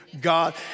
God